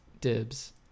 dibs